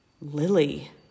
Lily